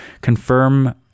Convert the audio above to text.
confirm